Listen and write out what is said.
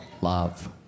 Love